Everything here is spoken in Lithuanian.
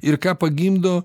ir ką pagimdo